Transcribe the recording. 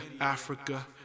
Africa